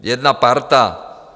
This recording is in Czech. Jedna parta!